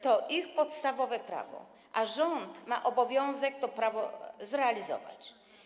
To ich podstawowe prawo, a rząd ma obowiązek to prawo zrealizować.